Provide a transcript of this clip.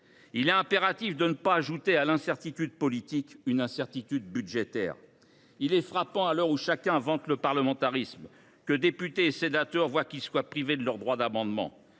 Il est impératif de ne pas ajouter à l’incertitude politique une incertitude budgétaire. Il est frappant, à l’heure où chacun vante le parlementarisme, que députés et sénateurs se voient privés de leur droit d’amendement.